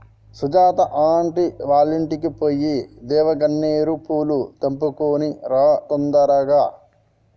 Sujatha aunty వాళ్ళింటికి పోయి దేవగన్నేరు పూలు తెంపుకొని రా తొందరగా